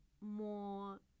more